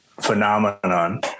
phenomenon